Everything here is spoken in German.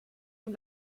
dem